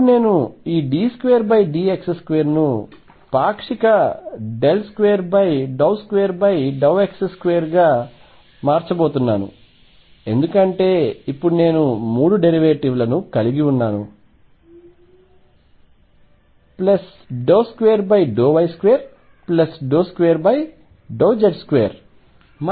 ఇప్పుడు నేను ఈ d2dx2ను పాక్షిక 2x2 ద్వారా మార్చబోతున్నాను ఎందుకంటే ఇప్పుడు నేను మూడు డెరివేటివ్ లను కలిగి ఉన్నాను 2y22z2